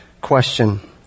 question